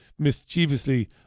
Mischievously